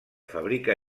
fabrica